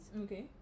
okay